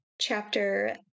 chapter